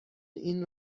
این